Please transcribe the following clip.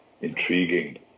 Intriguing